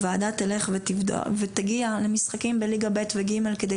הוועדה תגיע למשחקים בליגה ב' וג' כדי